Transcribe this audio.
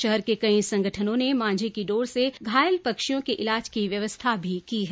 शहर के कई संगठनों ने मांझे की डोर से घायल पक्षियों के इलाज की व्यवस्था भी की है